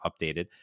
updated